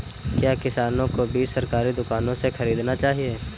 क्या किसानों को बीज सरकारी दुकानों से खरीदना चाहिए?